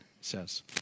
says